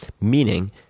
Meaning